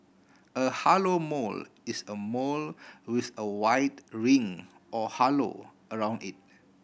a halo mole is a mole with a white ring or halo around it